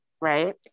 right